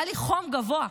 היה לי חום גבוה,